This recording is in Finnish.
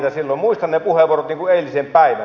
muistan ne puheenvuorot niin kuin eilisen päivän